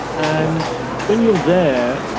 and when you're there,